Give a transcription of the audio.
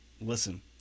listen